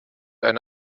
eine